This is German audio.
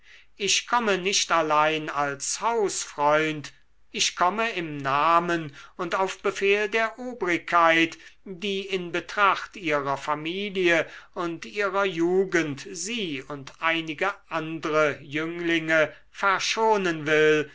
ich komme nicht allein als hausfreund ich komme im namen und auf befehl der obrigkeit die in betracht ihrer familie und ihrer jugend sie und einige andre jünglinge verschonen will